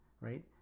right